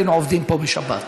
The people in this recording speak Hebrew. היינו עובדים פה בשבת,